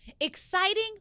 exciting